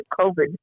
COVID